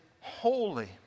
holy